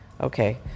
Okay